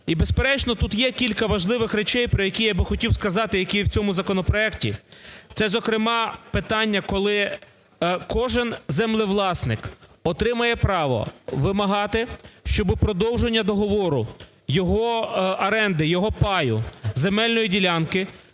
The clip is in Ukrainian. І безперечно, тут є кілька важливих речей, про які я хотів би сказати, які є в цьому законопроекті. Це зокрема питання, коли кожен землевласник отримає право вимагати, щоб продовження договору його оренди, його паю, земельної ділянки